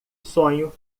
sonho